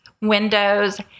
windows